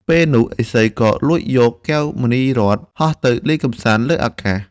ពេលនោះឥសីក៏លួចយកកែវមណីរត្ន ហោះទៅលេងកម្សាន្តលើអាកាស។